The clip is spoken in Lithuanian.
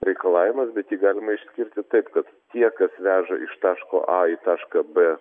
reikalavimas bet jį galima išskirti taip kad tie kas veža iš taško a į tašką b